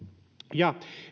ja